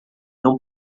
não